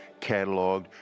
cataloged